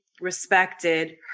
respected